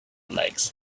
lakes